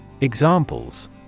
Examples